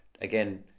again